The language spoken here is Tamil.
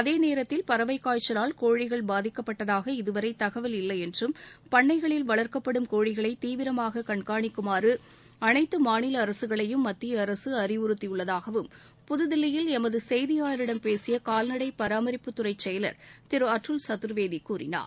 அதே நேரத்தில் பறவைக் காய்ச்சலால் கோழிகள் பாதிக்கப்பட்டதாக இதுவரை தகவல் இல்லை என்றும் பன்னைகளில் வளர்க்கப்படும் கோழிகளை தீவிரமாக கண்காணிக்குமாறு அனைத்து மாநில அரசுகளையும் மத்திய அரசு அறிவுறுத்தியுள்ளதாக புதில்லியில் எமது செய்தியாளரிடம் பேசிய கால்நடை பராமரிப்புத்துறை செயலர் திரு அட்டுல் சதூர்வேதி கூறினார்